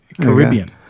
Caribbean